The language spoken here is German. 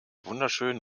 wunderschön